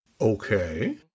okay